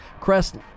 crest